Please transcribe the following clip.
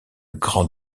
grand